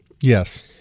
Yes